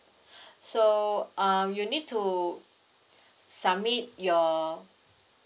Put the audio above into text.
so um you need to submit your